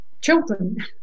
children